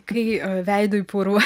kai veidu į purvą